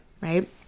right